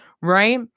right